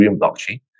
blockchain